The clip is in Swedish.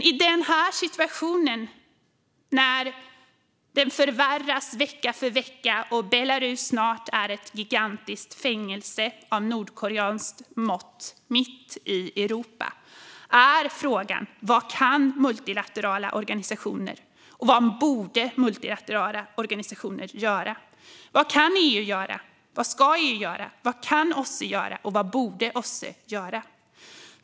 I den här situationen, som förvärras vecka för vecka och där Belarus snart är ett gigantiskt fängelse av nordkoreanskt mått mitt i Europa, är frågan vad multilaterala organisationer kan och borde göra. Vad kan EU göra? Vad ska EU göra? Vad kan OSSE göra? Vad borde OSSE göra?